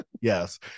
yes